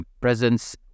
presence